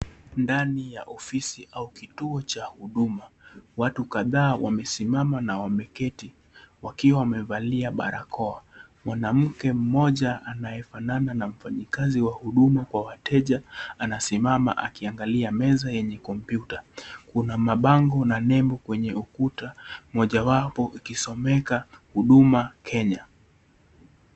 Ndani ya ofisi au kituo cha huduma, watu kadhaa wamesimama na wameketi, wakiwa wamevalia barakoa. Mwanamke mmoja anayefanana na mfanyikazi wa huduma kwa wateja, anasimama akiangalia meza yenye kompyuta. Kuna mapango na nembo kwenye ukuta mojawapo ikisomeka huduma Kenya .